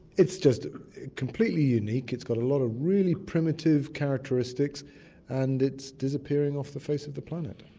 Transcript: it's just completely unique, it's got a lot of really primitive characteristics and it's disappearing off the face of the planet.